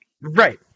Right